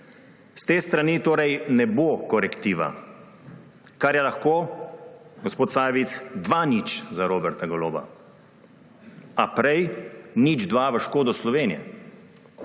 S te strani torej ne bo korektiva, kar je lahko, gospod Sajovic, 2 : 0 za Roberta Goloba, a prej 0 : 2 v škodo Slovenije.